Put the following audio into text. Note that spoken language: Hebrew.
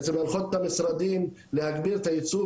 בעצם הולכות למשרדים להגביר את הייצוג